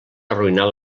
arruïnar